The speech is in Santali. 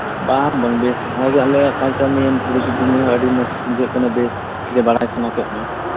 ᱵᱟᱝ ᱵᱟᱝ ᱵᱮᱥ ᱱᱚᱜᱼᱚᱭ ᱡᱮ ᱱᱤᱭᱟᱹ ᱟᱞᱮᱭᱟᱜ ᱠᱟᱞᱪᱟᱨ ᱱᱤᱭᱮᱢ ᱠᱩᱞᱤ ᱠᱤᱫᱤᱧᱟᱹ ᱟᱹᱰᱤ ᱢᱚᱡᱽ ᱵᱩᱡᱷᱟᱹᱜ ᱠᱟᱱᱟ ᱵᱮᱥ ᱡᱮ ᱵᱟᱲᱟᱭ ᱥᱟᱱᱟ ᱠᱮᱫ ᱢᱮᱭᱟ